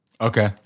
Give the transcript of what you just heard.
Okay